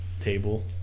table